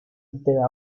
usted